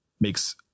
makes